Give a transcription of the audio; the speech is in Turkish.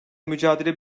mücadele